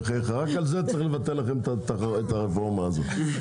רק על זה צריך לבטל לכם את הרפורמה הזאת.